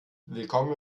willkommen